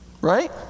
Right